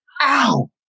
ow